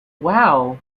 wow